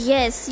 Yes